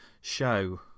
show